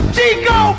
Chico